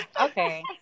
Okay